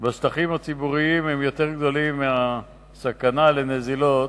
בשטחים הציבוריים יותר גדולה מהסכנה של נזילות